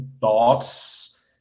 thoughts